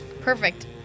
Perfect